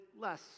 less